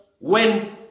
went